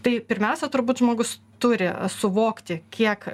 tai pirmiausia turbūt žmogus turi suvokti kiek